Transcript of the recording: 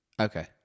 Okay